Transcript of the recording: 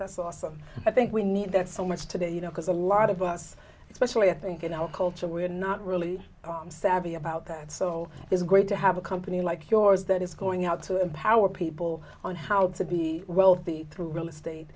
that's awesome i think we need that so much today you know because a lot of us especially i think in our culture we're not really savvy about that so it's great to have a company like yours that is going out to empower people on how to be wealthy through real estate